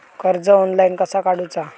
कर्ज ऑनलाइन कसा काडूचा?